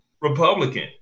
Republican